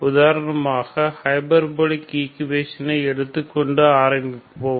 உதாரணமாக ஹைபர்போலிக் ஈக்குவேஷனை எடுத்துக்கொண்டு ஆரம்பிப்போம்